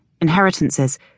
inheritances